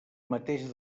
mateix